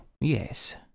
Yes